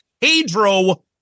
Pedro